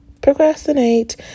procrastinate